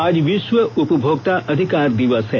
आज विश्व उपभोक्ता अधिकार दिवस है